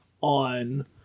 on